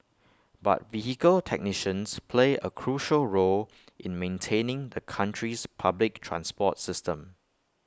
but vehicle technicians play A crucial role in maintaining the country's public transport system